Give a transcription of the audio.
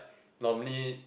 normally